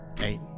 Eight